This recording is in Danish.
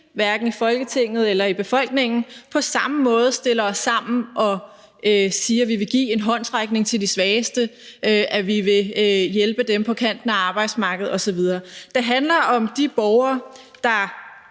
hverken i Folketinget eller i befolkningen – på samme måde stiller os sammen og siger, at vi vil give en håndsrækning til de svageste; at vi vil hjælpe dem på kanten af arbejdsmarkedet osv. Det handler om de borgere, der